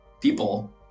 people